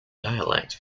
dialect